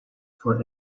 for